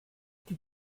die